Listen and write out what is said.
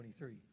23